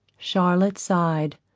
charlotte sighed.